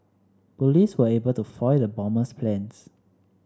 police were able to foil the bomber's plans